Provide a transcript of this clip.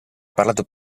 parlato